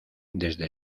desde